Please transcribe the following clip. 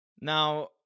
now